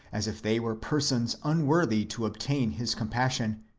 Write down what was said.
as if they were persons unworthy to obtain his compassion.